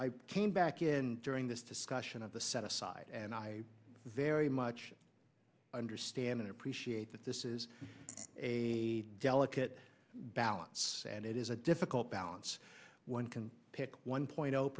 i came back in during this discussion of the set aside and i very much understand and appreciate that this is a delicate balance and it is a difficult balance one can pick one point